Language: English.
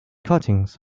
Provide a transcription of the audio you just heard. cuttings